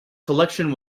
collection